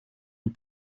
une